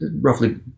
roughly